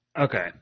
Okay